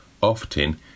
often